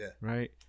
right